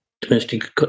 domestic